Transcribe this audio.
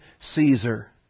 Caesar